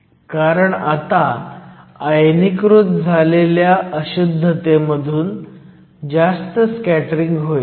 कारण आता आयनीकृत झालेल्या अशुद्धतेमधून जास्त स्कॅटरिंग होईल